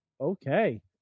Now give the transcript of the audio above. Okay